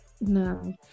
No